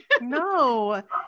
no